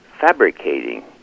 fabricating